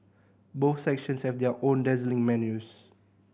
both sections have their own dazzling menus